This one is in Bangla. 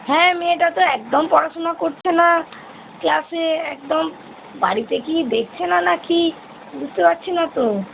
হ্যাঁ মেয়েটা তো একদম পড়াশোনা করছে না ক্লাসে একদম বাড়িতে কি দেখছে না না কি বুঝতে পারছি না তো